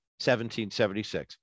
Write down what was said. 1776